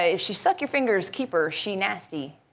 ah she sucks your fingers, keep her. she nasty.